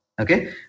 Okay